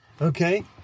Okay